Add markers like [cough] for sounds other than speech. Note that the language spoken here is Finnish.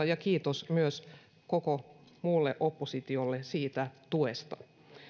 [unintelligible] ja kiitos myös koko muulle oppositiolle siitä tuesta